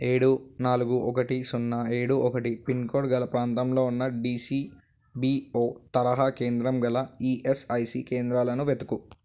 ఏడు నాలుగు ఒకటి సున్నా ఏడు ఒకటి పిన్కోడ్ గల ప్రాంతంలో ఉన్న డిసిబిఓ తరహా కేంద్రం గల ఈఎస్ఐసీ కేంద్రాలను వెతుకు